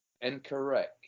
Incorrect